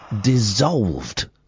dissolved